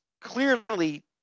clearly